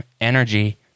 energy